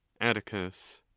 atticus